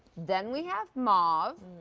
then we have mauve.